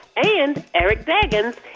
and eric deggans,